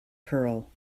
pearl